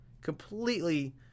Completely